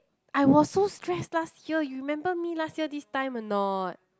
I was so stressed last year you remember me last year this time or not